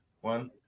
One